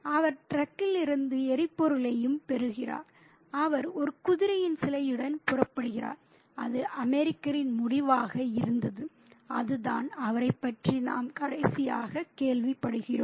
அவர் டிரக்கிலிருந்து எரிபொருளையும் பெறுகிறார் அவர் ஒரு குதிரையின் சிலையுடன் புறப்படுகிறார் அது அமெரிக்கரின் முடிவாக இருந்தது அதுதான் அவரைப் பற்றி நாம் கடைசியாக கேள்விப்படுகிறோம்